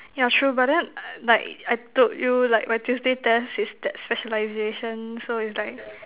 yeah true but then like I told you like my Tuesday test is that specialization so is like